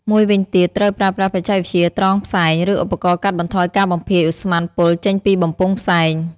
មួយវិញទៀត ត្រូវប្រើប្រាស់បច្ចេកវិទ្យាត្រងផ្សែង ឬឧបករណ៍កាត់បន្ថយការបំភាយឧស្ម័នពុលចេញពីបំពង់ផ្សែង។